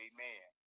Amen